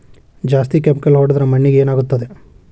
ಜಾಸ್ತಿ ಕೆಮಿಕಲ್ ಹೊಡೆದ್ರ ಮಣ್ಣಿಗೆ ಏನಾಗುತ್ತದೆ?